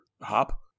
hop